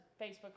Facebook